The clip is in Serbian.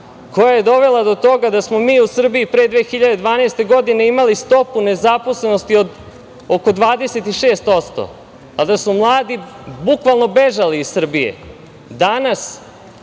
koja je dovela do toga da smo mi u Srbiji pre 2012. godine, imali stopu nezaposlenosti oko 26%, a da su mladi bukvalno bežali iz Srbije. Danas